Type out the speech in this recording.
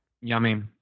yummy